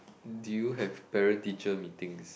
do you have parent teacher Meetings